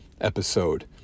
episode